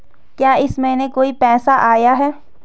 क्या इस महीने कोई पैसा आया है?